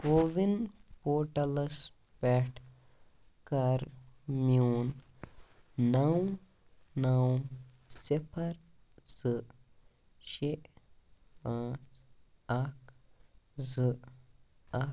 CoWIN پوٹلس پٮ۪ٹھ کَر میٛون نو نو صِفَر زٕ شےٚ پانٛژ اَکھ زٕ اکھ